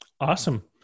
Awesome